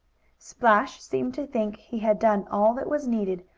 splash seemed to think he had done all that was needed,